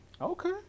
Okay